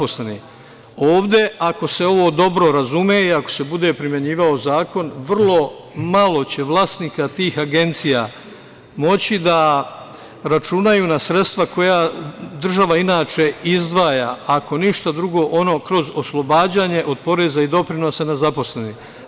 Ovde, ako se ovo dobro razume i ako se bude primenjivao zakon vrlo malo će vlasnici tih agencija moći da računaju na sredstva koja država inače izdvaja, ako ništa drugo ono kroz oslobađanje od poreza i doprinosa za zaposlene.